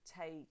take